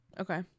Okay